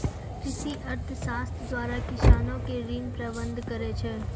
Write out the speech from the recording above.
कृषि अर्थशास्त्र द्वारा किसानो के ऋण प्रबंध करै छै